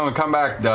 um and come back,